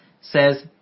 says